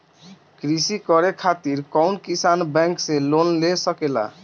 कृषी करे खातिर कउन किसान बैंक से लोन ले सकेला?